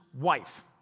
wife